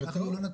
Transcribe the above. נכון,